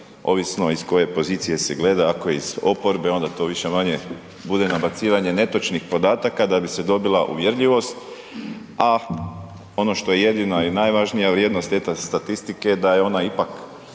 ovisno iz koje pozicije se gleda, ako iz oporbe, onda to više-manje bude nabacivanje netočnih podataka da bi se dobila uvjerljivost a ono što je jedina i najvažnija vrijednost te statistike je da je ona ipak